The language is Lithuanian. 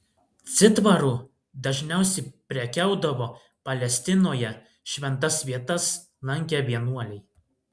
citvaru dažniausiai prekiaudavo palestinoje šventas vietas lankę vienuoliai